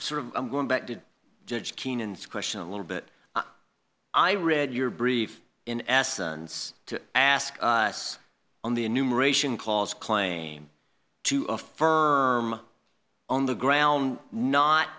sort of i'm going back to judge keenan's question a little bit i read your brief in essence to ask us on the enumeration cause claim to affirm on the ground not